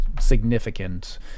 significant